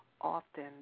often